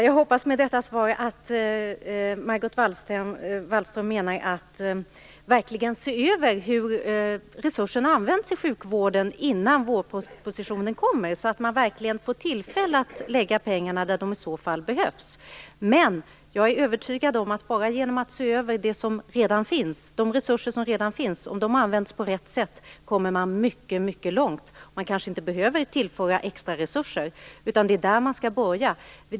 Herr talman! Jag hoppas att Margot Wallström med detta svar menar att man verkligen skall se över hur resurserna används i sjukvården innan vårpropositionen kommer så att man får tillfälle att lägga pengarna där de i så fall behövs. Men jag är övertygad om att man bara genom att se över om de resurser som redan finns används på rätt sätt kan komma mycket långt. Man kanske inte behöver tillföra extraresurser, utan det är där man skall börja.